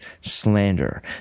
slander